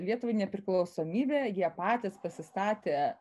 lietuvai nepriklausomybę jie patys pasistatė